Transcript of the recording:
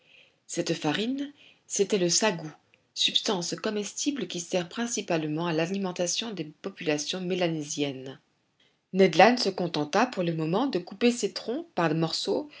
cette farine c'était le sagou substance comestible qui sert principalement à l'alimentation des populations mélanésiennes ned land se contenta pour le moment de couper ces troncs par morceaux